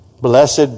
Blessed